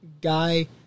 guy